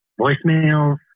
voicemails